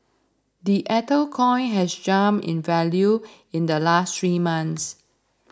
the ether coin has jumped in value in the last three months